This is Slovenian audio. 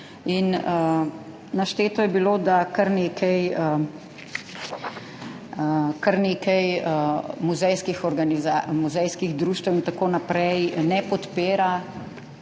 Našteto je bilo, da kar nekaj muzejskih društev in tako naprej ne podpira